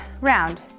round